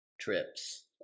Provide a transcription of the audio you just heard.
trips